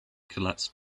collapsed